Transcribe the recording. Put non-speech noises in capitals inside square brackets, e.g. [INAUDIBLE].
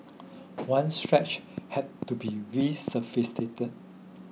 [NOISE] one stretch had to be resurfaced